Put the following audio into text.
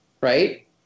right